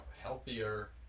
healthier